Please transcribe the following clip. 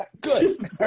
Good